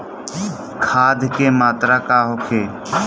खाध के मात्रा का होखे?